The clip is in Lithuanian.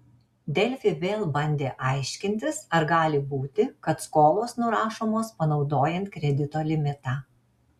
delfi vėl bandė aiškintis ar gali būti kad skolos nurašomos panaudojant kredito limitą